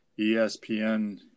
ESPN